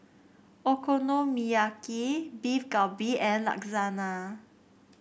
Okonomiyaki Beef Galbi and Lasagna